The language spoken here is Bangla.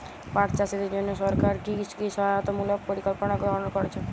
পাট চাষীদের জন্য সরকার কি কি সহায়তামূলক পরিকল্পনা গ্রহণ করেছে?